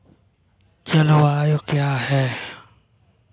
जलवायु क्या है?